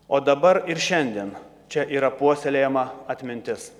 o dabar ir šiandien čia yra puoselėjama atmintis